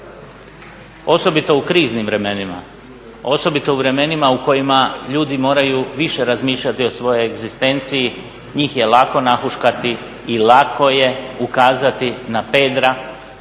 osobito u kriznim vremenima, osobito u vremenima u kojima ljudi moraju više razmišljati o svojoj egzistenciji. Njih je lako nahuškati i lako je ukazati na Pedra,